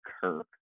Kirk